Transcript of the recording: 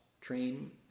train